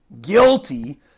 guilty